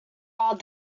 are